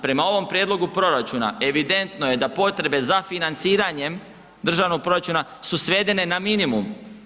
Prema ovom prijedlog proračuna, evidentno je da potrebe za financiranje državnog proračuna su svedene na minimum.